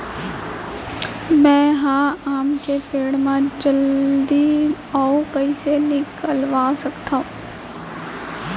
मैं ह आम के पेड़ मा जलदी बौर कइसे निकलवा सकथो?